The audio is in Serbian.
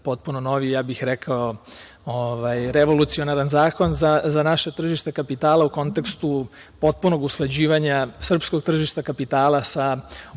potpuno novi, ja bih rekao, revolucionaran zakon za naše tržište kapitala, u kontekstu potpunog usleđivanja srpskog tržišta kapitala sa onim